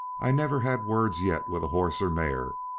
i never had words yet with horse or mare,